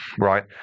right